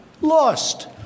lost